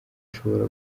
ashobora